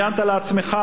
אמרת,